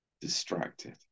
distracted